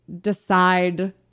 decide